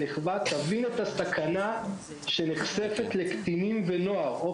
תבינו את הסכנה שקטינים ובני נוער נחשפים אליה.